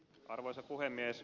arvoisa puhemies